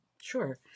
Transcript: Sure